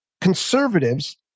conservatives